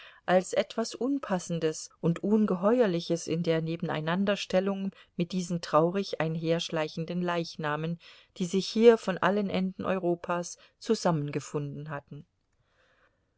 als etwas unpassendes und ungeheuerliches in der nebeneinanderstellung mit diesen traurig einherschleichenden leichnamen die sich hier von allen enden europas zusammengefunden hatten